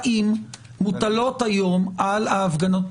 האם מוטלות היום על ההפגנות ---?